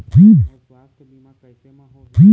मोर सुवास्थ बीमा कैसे म होही?